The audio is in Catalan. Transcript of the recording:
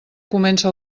comença